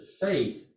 faith